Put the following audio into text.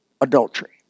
adultery